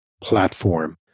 platform